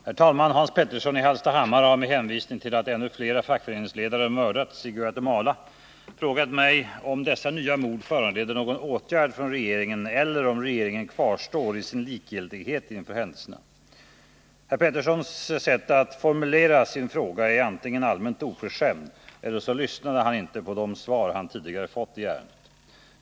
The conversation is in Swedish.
Herr talman! Hans Petersson i Hallstahammar har med hänvisning till att ännu fler fackföreningsledare mördats i Guatemala frågat mig om dessa nya mord föranleder någon åtgärd från regeringen eller om regeringen kvarstår i sin likgiltighet inför händelserna. Hans Peterssons sätt att formulera sin fråga tyder på att han antingen är allmänt oförskämd eller inte lyssnar på de svar som han fått tidigare i samma ärende.